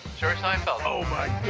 jerry seinfeld. oh, my